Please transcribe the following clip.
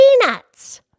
peanuts